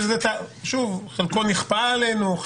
חלקו נכפה עלינו,